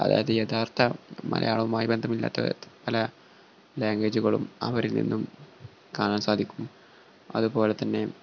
അതായത് യഥാർത്ഥ മലയാളവുമായി ബന്ധമില്ലാത്ത പല ലാംഗ്വേജുകളും അവരിൽ നിന്നും കാണാൻ സാധിക്കും അതുപോലെ തന്നെ